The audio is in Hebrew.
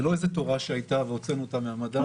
לא איזו תורה שהייתה והוצאנו אותה מהמדף,